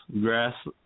grass